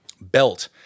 Belt